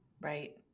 Right